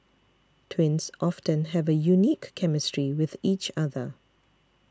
twins often have a unique chemistry with each other